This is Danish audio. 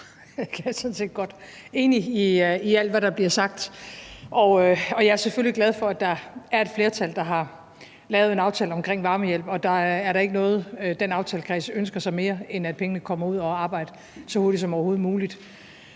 jeg er enig i alt, hvad der bliver sagt. Jeg er selvfølgelig glad for, at der er et flertal, der har lavet en aftale omkring varmehjælp, og der er da ikke noget, den aftalekreds ønsker sig mere, end at pengene kommer ud at arbejde så hurtigt som overhovedet muligt.